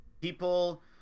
people